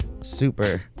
super